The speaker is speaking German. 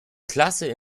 klasse